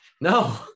No